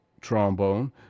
trombone